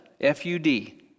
FUD